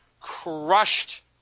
crushed